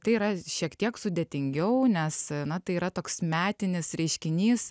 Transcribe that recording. tai yra šiek tiek sudėtingiau nes na tai yra toks metinis reiškinys